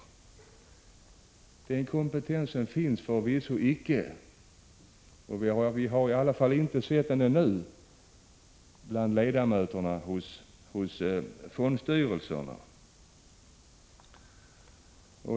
Någon sådan kompetens finns förvisso icke — i varje fall har vi inte sett den ännu — hos ledamöterna i fondstyrelserna.